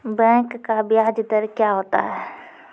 Bank का ब्याज दर क्या होता हैं?